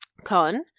Con